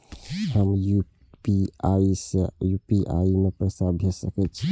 हम यू.पी.आई से यू.पी.आई में पैसा भेज सके छिये?